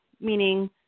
meaning